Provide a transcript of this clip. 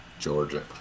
Georgia